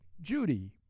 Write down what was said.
Judy